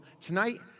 tonight